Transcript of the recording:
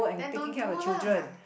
then don't do lah